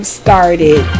started